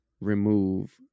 remove